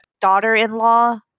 daughter-in-law